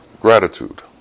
gratitude